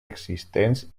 existents